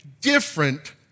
different